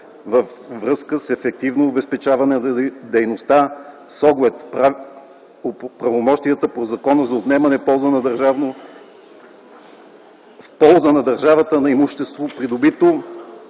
във връзка с ефективното обезпечаване на дейността, с оглед правомощията по Закона за отнемане в полза на държавата на имущество, придобито